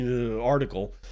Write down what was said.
article